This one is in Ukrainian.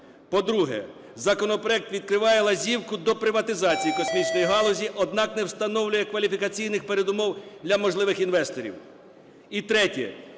По-друге. Законопроект відкриває лазівку до приватизації космічної галузі, однак не встановлює кваліфікаційних передумов для можливих інвесторів. І третє.